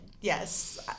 yes